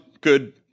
good